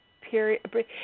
period